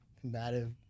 combative